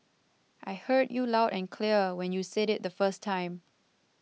I heard you loud and clear when you said it the first time